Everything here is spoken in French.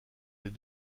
les